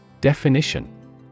Definition